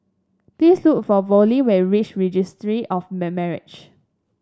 please look for Vollie when you reach Registry of Marriage